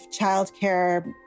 childcare